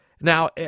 Now